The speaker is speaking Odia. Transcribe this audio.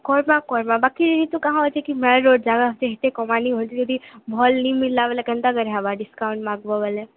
କ'ଣ ବା କହିବା ବାକି ତ କାହା ଅଛି କି ମେନ୍ ରୋଡ଼୍ ଜାଗା ଅଛି ହେତେ କମାଲି ହୋଏତି ଯଦି ଭଲ୍ ନେଇ ମିଲ୍ଲା ବେଲେ କେନ୍ତା କରି ହେବା ଡିସକାଉଣ୍ଟ୍ ମାଗ୍ବ ବଲେ